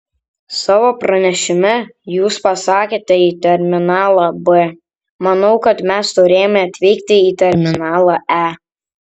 savo pranešime jūs pasakėte į terminalą b manau kad mes turėjome atvykti į terminalą e